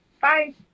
Bye